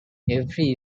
every